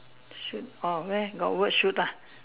shoot oh where got word shoot lah